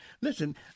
listen